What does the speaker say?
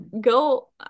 go